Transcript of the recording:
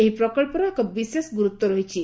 ଏହି ପ୍ରକଳ୍ପର ଏକ ବିଶେଷ ଗୁରୁତ୍ୱ ରହିଛି